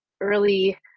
early